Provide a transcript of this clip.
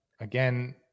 again